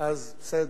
אז בסדר.